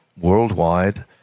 worldwide